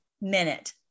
minute